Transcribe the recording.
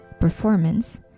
performance